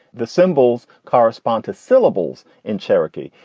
the symbols correspond to syllables in cherokee.